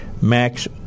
Max